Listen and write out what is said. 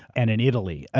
and in italy, ah